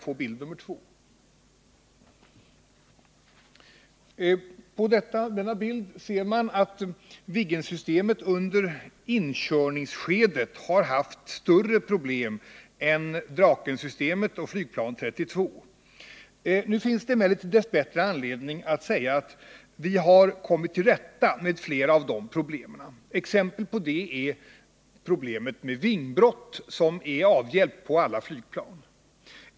Av bild nr 2 framgår att Viggensystemet under inkörningsskedet har haft större problem än Drakensystemet och flygplan 32. Dess bättre finns det emellertid anledning att säga att vi har kommit till rätta med flera av problemen. Exempel på detta är problemet med vingbrott, som är avhjälpt på alla flygplan.